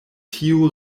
tio